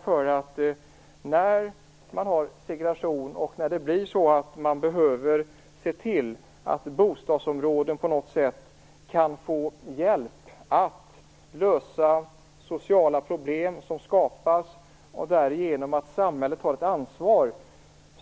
När det finns segregation och när det är nödvändigt att se till att bostadsområden på något sätt kan få hjälp med att lösa sociala problem genom att samhället tar ett ansvar